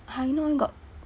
hai noi got